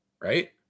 Right